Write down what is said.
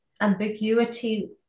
ambiguity